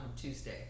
Tuesday